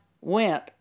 went